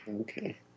Okay